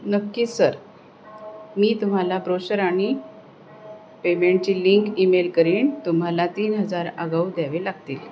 नक्कीच सर मी तुम्हाला ब्रोशर आणि पेमेंटची लिंक ईमेल करीन तुम्हाला तीन हजार आगाऊ द्यावे लागतील